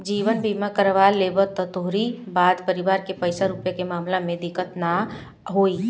जीवन बीमा करवा लेबअ त तोहरी बाद परिवार के पईसा रूपया के मामला में दिक्कत तअ नाइ होई